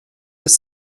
bis